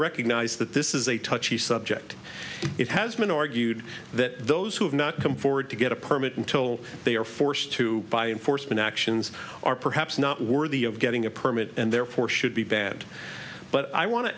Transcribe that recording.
recognize that this is a touchy subject it has been argued that those who have not come forward to get a permit until they are forced to by enforcement actions are perhaps not worthy of getting a permit and therefore should be banned but i want to